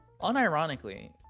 Unironically